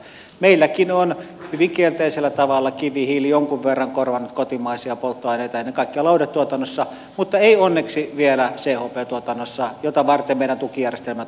meilläkin on hyvin kielteisellä tavalla kivihiili jonkun verran korvannut kotimaisia polttoaineita ennen kaikkea lauhdetuotannossa mutta ei onneksi vielä chp tuotannossa jota varten meidän tukijärjestelmät on luotu